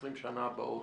20 שנה הבאות,